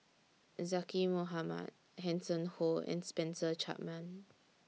Zaqy Mohamad Hanson Ho and Spencer Chapman